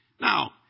Now